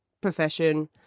profession